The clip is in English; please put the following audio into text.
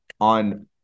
on